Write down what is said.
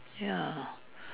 ya